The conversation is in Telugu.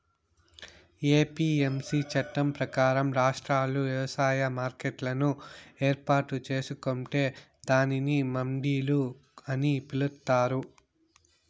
ఎ.పి.ఎమ్.సి చట్టం ప్రకారం, రాష్ట్రాలు వ్యవసాయ మార్కెట్లను ఏర్పాటు చేసుకొంటే దానిని మండిలు అని పిలుత్తారు